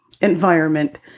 environment